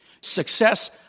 Success